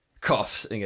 coughs